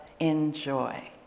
Enjoy